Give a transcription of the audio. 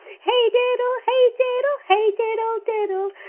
hey diddle! hey diddle! hey diddle diddle!